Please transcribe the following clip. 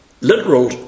literal